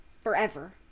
forever